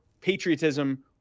patriotism